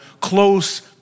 close